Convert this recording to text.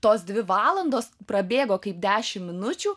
tos dvi valandos prabėgo kaip dešim minučių